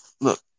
look